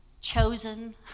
chosen